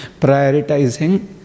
prioritizing